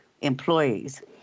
employees